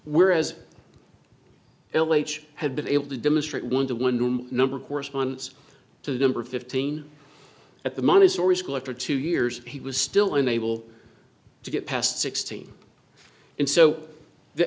whereas l h had been able to demonstrate one to one number corresponds to the number fifteen at the money story school after two years he was still unable to get past sixteen and so the